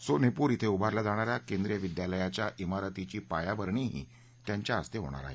सोनेपूर क्विं उभारल्या जाणा या केंद्रिय विद्यालयाच्या मिरतीची पायाभरणीही त्यांच्या इस्ते होणार आहे